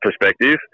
perspective